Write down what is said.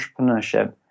entrepreneurship